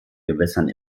gewässern